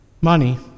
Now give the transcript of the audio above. money